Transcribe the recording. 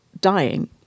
dying